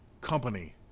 company